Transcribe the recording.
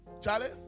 Charlie